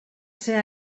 ser